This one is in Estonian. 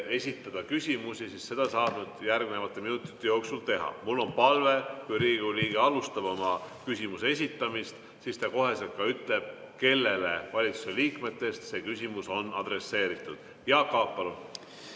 esitada küsimusi, siis seda saab järgnevate minutite jooksul teha. Mul on palve, et kui Riigikogu liige alustab oma küsimuse esitamist, siis ta kohe ka ütleb, millisele valitsuse liikmele see küsimus on adresseeritud. Jaak Aab, palun!